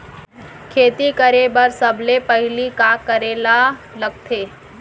खेती करे बर सबले पहिली का करे ला लगथे?